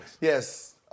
Yes